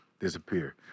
disappear